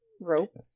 rope